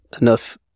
enough